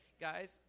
guys